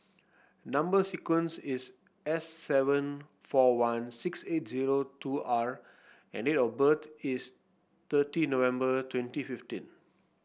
number sequence is S seven four one six eight zero two R and date of birth is thirty November twenty fifteen